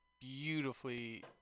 beautifully